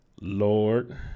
Lord